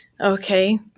Okay